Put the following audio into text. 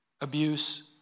abuse